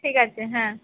ঠিক আছে হ্যাঁ